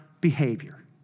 behavior